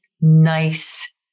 nice